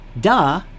Duh